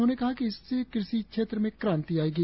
उन्होंने कहा कि इससे कृषि क्षेत्र में क्रांति आएगी